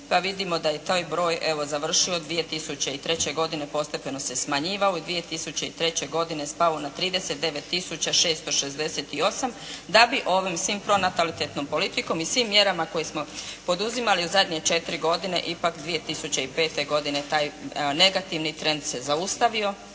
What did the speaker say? Pa vidimo da je taj broj evo, završio 2003. godine postepeno se smanjivao i 2003. godine spao na 39 tisuća 668 da bi ovim svim pronatalitetnom politikom i svim mjerama koje smo poduzimali u zadnje 4 godine ipak 2005. godine taj negativni trend se zaustavio